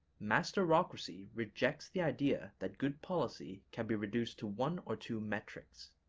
masterocracy rejects the idea that good policy can be reduced to one or two metrics.